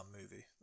movie